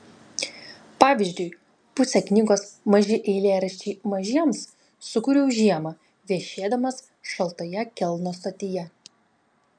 pavyzdžiui pusę knygos maži eilėraščiai mažiems sukūriau žiemą viešėdamas šaltoje kelno stotyje